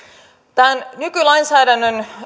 tämän nykylainsäädännön